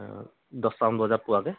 দহটা মান বজাত পোৱাকৈ